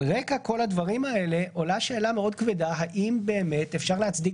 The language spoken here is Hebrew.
על רקע כל הדברים האלה עולה שאלה מאוד כבדה האם באמת אפשר להצדיק